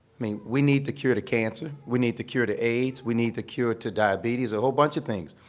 mean, we need the cure to cancer, we need the cure to aids, we need the cure to diabetes, a whole bunch of things.